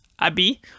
Abby